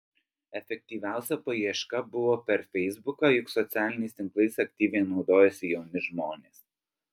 efektyviausia paieška buvo per feisbuką juk socialiniais tinklais aktyviai naudojasi jauni žmonės